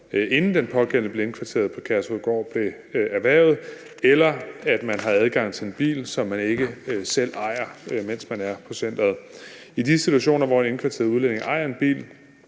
inden den pågældende blev indkvarteret på Kærshovedgård, eller at man har adgang til en bil, som man ikke selv ejer, mens man er på centeret. I de situationer, hvor en indkvarteret udlænding ejer en bil,